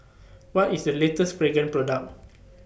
What IS The latest Pregain Product